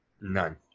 None